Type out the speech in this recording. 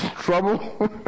trouble